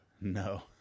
no